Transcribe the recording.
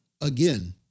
again